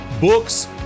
books